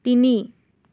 তিনি